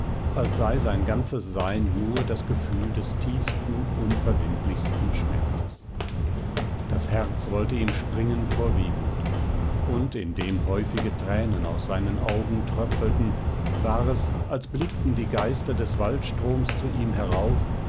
als sei sein ganzes sein nur das gefühl des tiefsten unverwindlichsten schmerzes das herz wollte ihm springen vor wehmut und indem häufige tränen aus seinen augen tröpfelten war es als blickten die geister des waldstroms zu ihm herauf